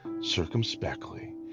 circumspectly